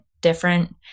different